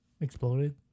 exploded